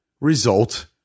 result